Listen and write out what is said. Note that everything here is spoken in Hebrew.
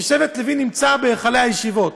כי שבט לוי נמצא בהיכלי הישיבות,